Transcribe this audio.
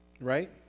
right